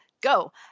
go